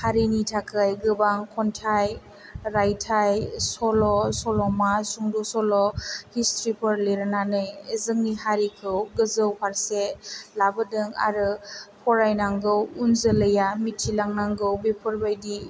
हारिनि थाखाय गोबां खन्थाइ रायथाइ सल' सल'मा सुंद' सल' हिसट्रिफोर लिरनानै जोंनि हारिखौ गोजौ फारसे लाबोदों आरो फरायनांगौ उन जोलैया मिथिलांनांगौ बेफोरबायदि